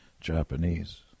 Japanese